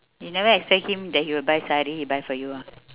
you never expect him that he will buy sari he buy for you ah